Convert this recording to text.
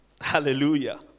Hallelujah